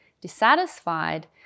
dissatisfied